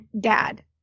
dad